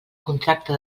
contracte